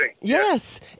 Yes